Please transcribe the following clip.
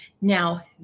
Now